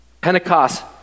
Pentecost